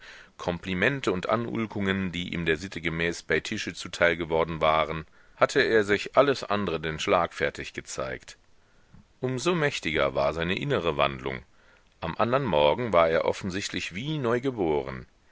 komplimente und anulkungen die ihm der sitte gemäß bei tische zuteil geworden waren hatte er sich alles andre denn schlagfertig gezeigt um so mächtiger war seine innere wandlung am andern morgen war er offensichtlich wie neugeboren